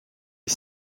est